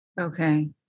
Okay